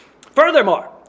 Furthermore